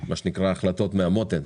מה שנקרא, החלטות מהמותן.